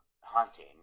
hunting